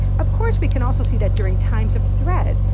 of course, we can also see that during times of threat,